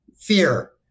fear